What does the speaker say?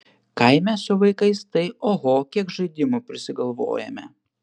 kaime su vaikais tai oho kiek žaidimų prisigalvojame